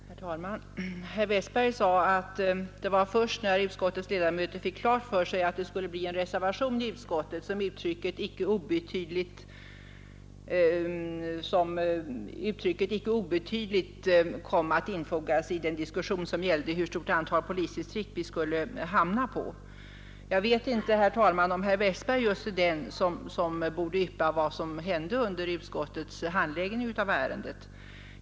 Herr talman! Herr Westberg i Ljusdal sade att det var först när utskottets ledamöter fick klart för sig att en reservation skulle fogas till utskottsbetänkandet som uttrycket ”icke obetydligt” kom att infogas i den diskussion som gällde vilket antal polisdistrikt vi skulle komma att stanna för. Jag vet inte, herr talman, om just herr Westberg är den som borde yppa vad som hände under utskottets handläggning av ärendet.